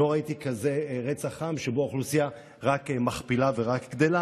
לא ראיתי כזה רצח עם שבו האוכלוסייה רק מכפילה ורק גדלה.